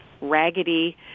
raggedy